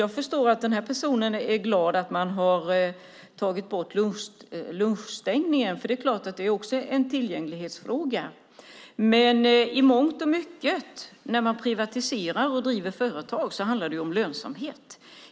Jag förstår att personen i fråga är glad över att man har tagit bort lunchstängningen eftersom det också är en tillgänglighetsfråga. Men i mångt och mycket när man privatiserar och driver företag handlar det om lönsamhet.